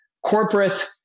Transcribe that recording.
Corporate